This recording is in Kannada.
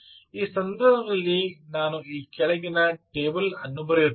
ಈ ಸಂದರ್ಭದಲ್ಲಿ ನಾನು ಈ ಕೆಳಗೆ ಟೇಬಲ್ ಅನ್ನು ಬರೆಯುತ್ತೇನೆ